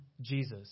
Jesus